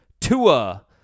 Tua